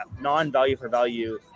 non-value-for-value